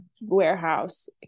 warehouse